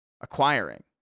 acquiring